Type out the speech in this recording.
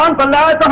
um bhola